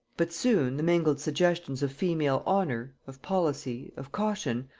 but soon the mingled suggestions of female honor, of policy, of caution,